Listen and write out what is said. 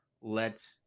let